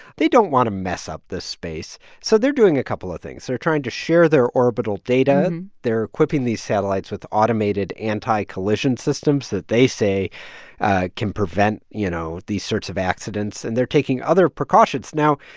they don't want to mess up this space, so they're doing a couple of things. they're trying to share their orbital data. and they're equipping these satellites with automated anti-collision systems that they say can prevent, you know, these sorts of accidents. and they're taking other precautions. now,